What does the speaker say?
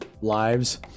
lives